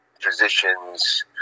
physicians